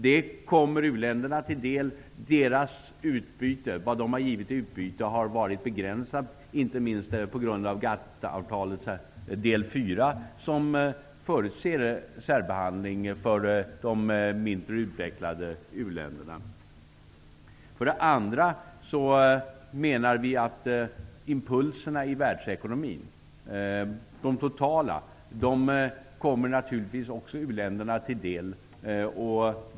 Det kommer u-länderna till del. Vad u-länderna har givit i utbyte har varit begränsat, inte minst på grund av del fyra i GATT-avtalet som förutser särbehandling av de mindre utvecklade uländerna. För det andra menar vi att de totala impulserna i världsekonomin naturligtivs också kommer uländerna till del.